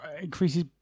increases